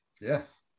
Yes